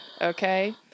Okay